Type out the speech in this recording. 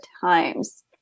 times